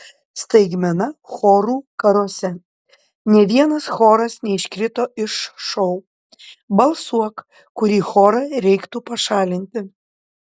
staigmena chorų karuose nė vienas choras neiškrito iš šou balsuok kurį chorą reiktų pašalinti